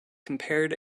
compared